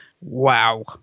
wow